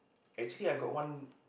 actually I got one